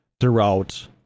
throughout